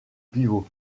pivot